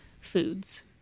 foods